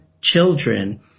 children